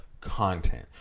content